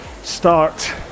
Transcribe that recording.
start